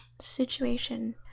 situation